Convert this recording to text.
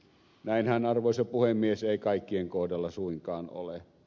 näinhän arvoisa puhemies ei kaikkien kohdalla suinkaan ole